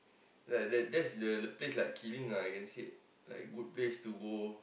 the the that's the place like killing lah you can say like good place to go